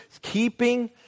keeping